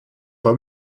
pas